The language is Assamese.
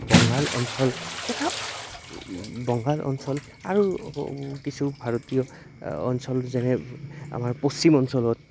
বংগাল অঞ্চল তথা বংগাল অঞ্চল আৰু কিছু ভাৰতীয় অঞ্চল যেনে আমাৰ পশ্চিম অঞ্চলত